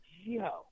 yo